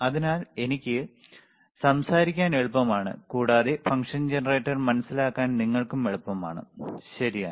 അതിനാൽ എനിക്ക് സംസാരിക്കാൻ എളുപ്പമാണ് കൂടാതെ ഫംഗ്ഷൻ ജനറേറ്റർ മനസിലാക്കാൻ നിങ്ങൾക്കും എളുപ്പമാണ് ശരിയാണ്